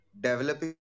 developing